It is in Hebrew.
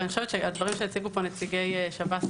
אני חושבת שהדברים שהציגו פה נציגי שב"ס